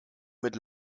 mit